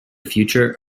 future